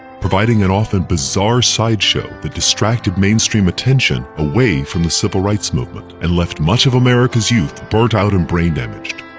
providing an often bizarre sideshow that distracted mainstream attention away from the civil rights movement, and left much of america's youth burnt out and brain damaged,